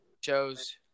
shows